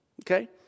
Okay